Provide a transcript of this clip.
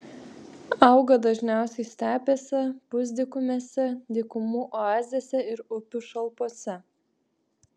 auga dažniausiai stepėse pusdykumėse dykumų oazėse ir upių šalpose